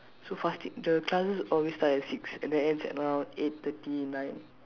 so fasting the classes always start at six and then ends around eight thirty nine